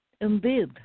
Indeed